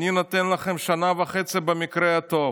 אני נותן לכם שנה וחצי במקרה הטוב.